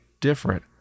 different